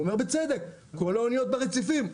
הוא אומר בצדק, כל האוניות ברציפים.